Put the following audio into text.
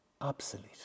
obsolete